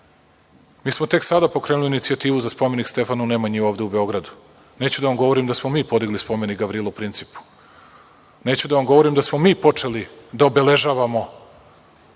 Mi smo tek sada pokrenuli inicijativu za spomenik Stefanu Nemanji, ovde u Beogradu. Neću da vam govorim da smo mi podigli spomenik Gavrilu Principu. Neću da vam govorim da smo mi počeli da obeležavamo